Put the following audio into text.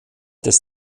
des